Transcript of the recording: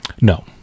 no